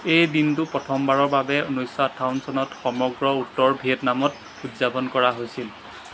এই দিনটো প্ৰথমবাৰৰ বাবে ঊনৈছশ আঠাৱন চনত সমগ্ৰ উত্তৰ ভিয়েটনামত উদযাপন কৰা হৈছিল